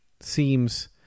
seems